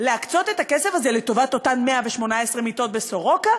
להקצות את הכסף הזה לטובת אותן 118 מיטות בסורוקה?